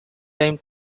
time